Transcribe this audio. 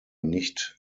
nicht